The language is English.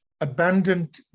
abandoned